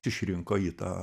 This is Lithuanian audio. išrinko į tą